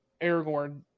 Aragorn